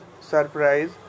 surprise